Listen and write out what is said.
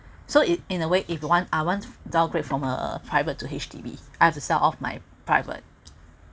so if in a way if want I want downgrade from a private to H_D_B I have to sell off my private